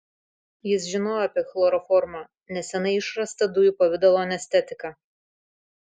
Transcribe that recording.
jis žinojo apie chloroformą neseniai išrastą dujų pavidalo anestetiką